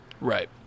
Right